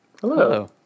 Hello